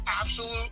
absolute